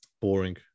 boring